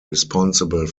responsible